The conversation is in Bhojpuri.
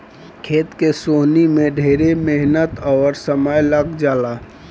खेत के सोहनी में ढेर मेहनत अउर समय लाग जला